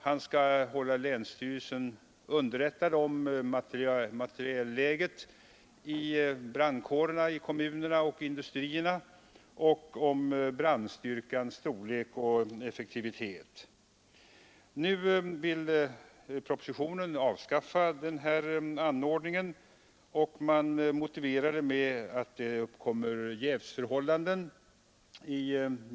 Han skall hålla länsstyrelsen underrättad om materielläget hos brandkårerna i kommunerna och vid industrierna och om brandkårernas storlek och effektivitet. Enligt propositionen vill man avskaffa denna ordning, och man motiverar detta med att det kan föreligga jävsförhållanden.